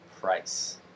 price